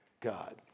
God